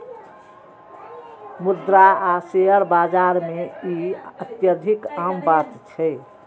मुद्रा आ शेयर बाजार मे ई अत्यधिक आम बात छै